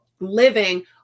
Living